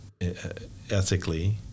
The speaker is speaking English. ethically